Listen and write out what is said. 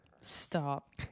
Stop